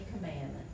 commandment